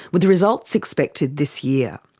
with results expected this year.